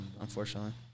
unfortunately